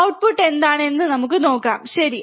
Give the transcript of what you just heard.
output എന്താണ് എന്ന് നമുക്ക് നോക്കാം ശരി